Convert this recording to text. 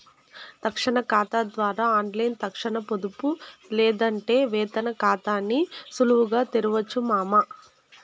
తక్షణ కాతా ద్వారా ఆన్లైన్లో తక్షణ పొదుపు లేదంటే వేతన కాతాని సులువుగా తెరవొచ్చు మామా